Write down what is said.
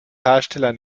hersteller